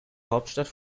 hauptstadt